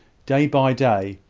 day by day,